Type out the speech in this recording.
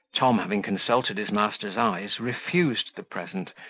tom, having consulted his master's eyes, refused the present,